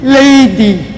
lady